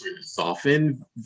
soften